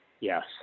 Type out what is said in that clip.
Yes